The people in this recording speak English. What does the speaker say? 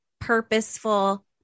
purposeful